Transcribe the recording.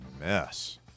mess